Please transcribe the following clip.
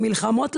זה מלחמות,